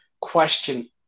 question